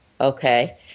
okay